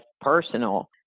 personal